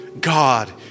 God